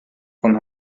von